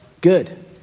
good